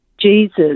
Jesus